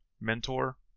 mentor